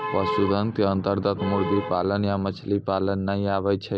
पशुधन के अन्तर्गत मुर्गी पालन या मछली पालन नाय आबै छै